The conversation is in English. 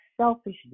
selfish